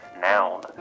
noun